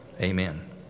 Amen